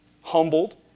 humbled